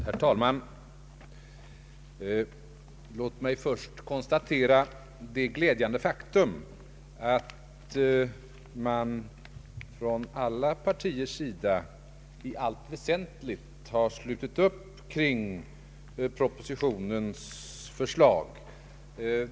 Herr talman! Låt mig först konstatera det glädjande faktum att man från alla partiers sida i allt väsentligt har slutit upp kring propositionens förslag.